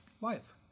life